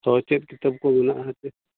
ᱦᱳᱭ ᱪᱮᱫ ᱠᱤᱛᱟᱹᱵ ᱠᱚ ᱢᱮᱱᱟᱜᱼᱟ ᱦᱮᱸ ᱥᱮ